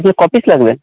ক পিস লাগবে